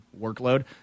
workload